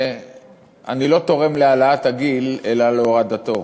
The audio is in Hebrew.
אני לא תורם להעלאת הגיל אלא להורדתו.